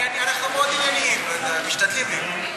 אנחנו מאוד ענייניים, משתדלים להיות.